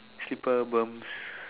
slipper berms